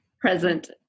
present